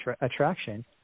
attraction